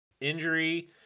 injury